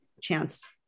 chance